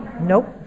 Nope